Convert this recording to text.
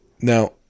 Now